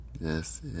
Yes